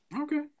okay